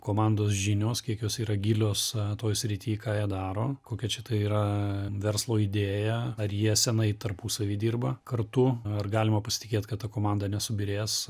komandos žinios kiek jos yra gilios toj srity ką jie daro kokia čia ta yra verslo idėja ar jie senai tarpusavy dirba kartu ar galima pasitikėt kad ta komanda nesubyrės